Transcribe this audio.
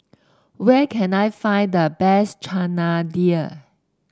where can I find the best Chana Dal